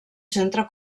centre